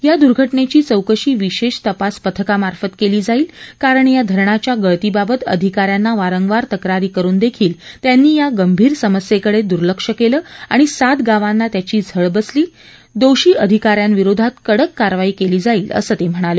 या दुर्घटनेची चौकशी विशेष तपास पथकामार्फत केली जाईल कारण या धरणाच्या गळतीबाबत अधिका यांना वारंवार तक्रारी करुन देखील त्यांनी या गंभीर समस्येकडे दुर्लक्ष केलं आणि सात गावांना त्याची झळ बसली दोषी अधिका यांविरोधात कडक कारवाई केली जाईल असंही ते म्हणाले